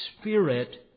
spirit